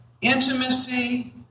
Intimacy